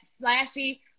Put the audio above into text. flashy